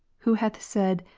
who hath said,